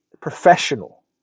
professional